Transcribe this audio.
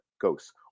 ghosts